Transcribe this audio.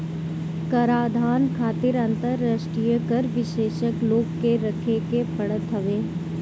कराधान खातिर अंतरराष्ट्रीय कर विशेषज्ञ लोग के रखे के पड़त हवे